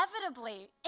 inevitably